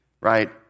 right